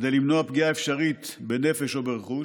כדי למנוע פגיעה אפשרית בנפש או ברכוש.